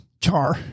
Char